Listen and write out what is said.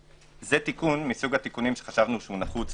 תיקון מסוג התיקונים שחשבנו שהוא נחוץ,